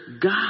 God